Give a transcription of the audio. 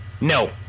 No